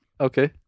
Okay